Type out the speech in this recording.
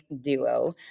duo